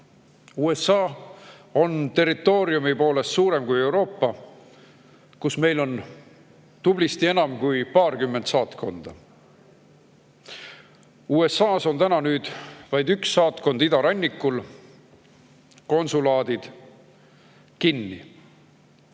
on territooriumi poolest suurem kui Euroopa, kus meil on tublisti enam kui paarkümmend saatkonda. USA‑s on meil nüüd vaid üks saatkond idarannikul, konsulaadid on kinni.